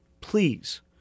please